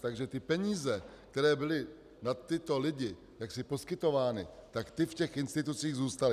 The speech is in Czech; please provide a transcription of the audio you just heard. Takže ty peníze, které byly na tyto lidi poskytovány, ty v těch institucích zůstaly.